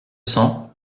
cents